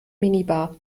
minibar